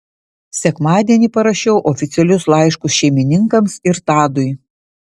sekmadienį parašiau oficialius laiškus šeimininkams ir tadui